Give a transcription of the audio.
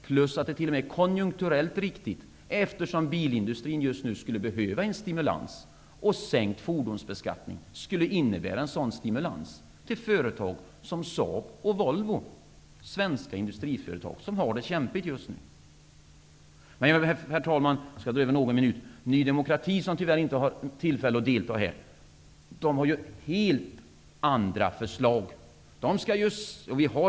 Förslaget är t.o.m. konjunkturellt riktigt, eftersom bilindustrin skulle behöva en stimulans just nu. Sänkt fordonsbeskattning skulle innebära en sådan stimulans för företag som Saab och Volvo. Det är två svenska industriföretag som har det kämpigt just nu. Herr talman! Ny demokrati som tyvärr inte har tillfälle att delta i debatten här har helt andra förslag.